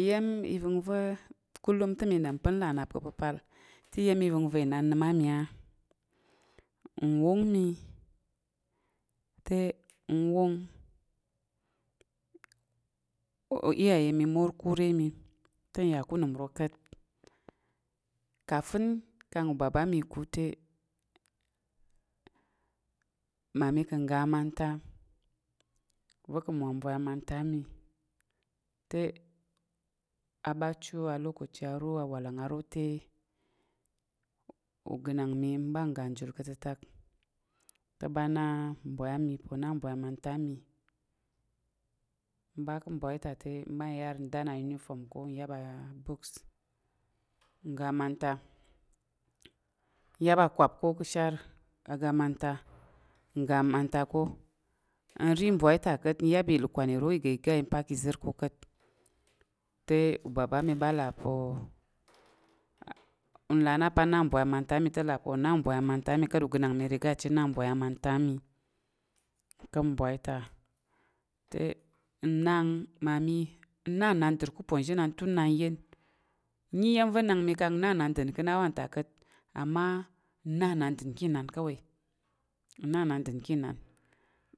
Ivəm ivəngvo kulum tə mə dom pa ngla kəpəpal tə ivəm ivəngva inan nəm amə a nwong mə tə ngwong o "iyaye" mə mor ku rə mə tə ngya ku unəm ro kat. kafən kang ubaba mə iku tə, ma mə kən ga amanta, uzo kən ngwa ngbwai a manta, amə tə a ba chu a "lokaci" aro tə ugənang mə ngba ga ngjul kətətak tə ba na ngbwai amə, uvo a ngdan a "uniform" ko, ng yap a "books" ngga amanta. Ng yap a kwap ko kə shar aga amanta ng ga amanta ko. Ng ri ngbwai ta kat, ng yap ilukwan iro iga i "gai" ngpa kə zər ko kat. Tə u "baba" mə ba̱ la pa ngla ana pa̱ ana ngbwai amanta amə tə la pa̱ ona ngbwai amanta amə kat ugənang mə "riga" cit na ngbwai amanta amə kam ngwai ta ng nang mamə ng na ng nandər ku uponzhi inan tun na ngyen. N nyi iyəm vo nang mə ka ngna ngnandər kə na wanta kat amma ngna ngnander kə inan kawai. Ng nandər kə inan,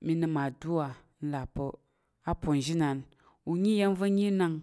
mə nəm adu'a mə la po a ponzhi inan u nyi iyəm vo nyi nang